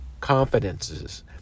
confidences